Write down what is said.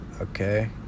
okay